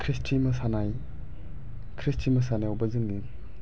ख्रिस्थि मोसानाय ख्रिस्थि मोसानायावबो जोंनि